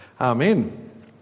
Amen